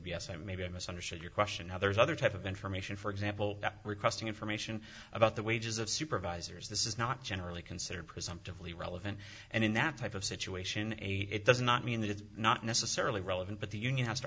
yes i maybe i misunderstood your question how there is other type of information for example requesting information about the wages of supervisors this is not generally considered presumptively relevant and in that type of situation it does not mean that it's not necessarily relevant but the union has to